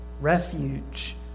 refuge